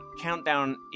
Countdown